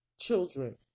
children